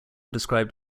described